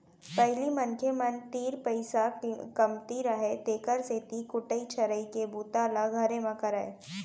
पहिली मनखे मन तीर पइसा कमती रहय तेकर सेती कुटई छरई के बूता ल घरे म करयँ